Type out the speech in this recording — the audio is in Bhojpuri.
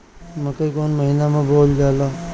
मकई कौन महीना मे बोअल जाला?